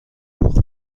براق